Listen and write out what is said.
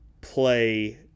play